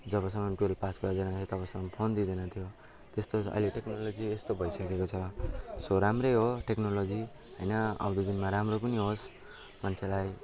जबसम्म twelve pass गर्दैन तबसम्म फोन दिँदैन थियो त्यस्तो अहिले टेक्नोलोजी यस्तो भइसकेको छ सो राम्रै हो टेक्नोलोजी होइन आउँदो दिनमा राम्रो पनि होस् मान्छेलाई